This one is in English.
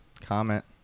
comment